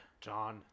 John